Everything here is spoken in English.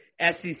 SEC